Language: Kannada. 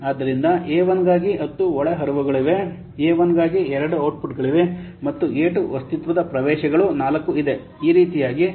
ಆದ್ದರಿಂದ A 1 ಗಾಗಿ 10 ಒಳಹರಿವುಗಳಿವೆ A 1 ಗಾಗಿ 2 ಔಟ್ಪುಟ್ಗಳಿವೆ ಮತ್ತು A2 ಅಸ್ತಿತ್ವದ ಪ್ರವೇಶಗಳು 4 ಇದೆ